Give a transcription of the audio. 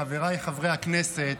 חבריי חברי הכנסת,